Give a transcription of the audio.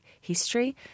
history